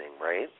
right